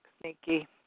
Sneaky